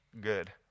Good